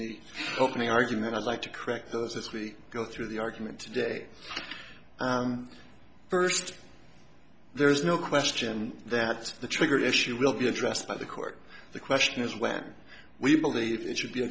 the opening argument i'd like to correct those as we go through the argument that first there is no question that the trigger issue will be addressed by the court the question is when we believe it should be a